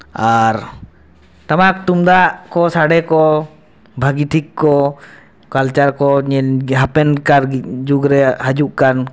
ᱟᱨ ᱴᱟᱢᱟᱠ ᱛᱩᱢᱫᱟᱜ ᱠᱚ ᱥᱟᱰᱮ ᱠᱚ ᱵᱷᱟᱹᱜᱮ ᱴᱷᱤᱠ ᱠᱚ ᱠᱟᱞᱪᱟᱨᱠᱚ ᱧᱮᱞᱜᱮ ᱦᱟᱯᱮᱱᱠᱟᱨ ᱡᱩᱜᱽᱨᱮ ᱦᱤᱡᱩᱜ ᱠᱟᱱ